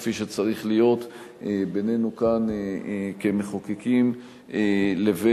כפי שצריך להיות בינינו כאן כמחוקקים לבין